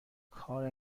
کار